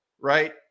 right